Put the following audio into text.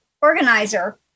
organizer